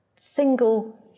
single